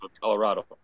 Colorado